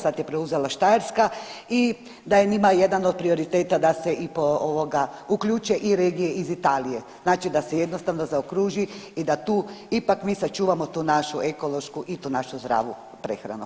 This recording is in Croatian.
Sad je preuzela Štajerska i da je njima jedan od prioriteta da se uključe i regije iz Italije, znači da se jednostavno zaokruži i da tu ipak mi sačuvamo tu našu ekološku i tu našu zdravu prehranu.